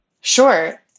Sure